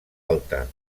alta